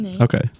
Okay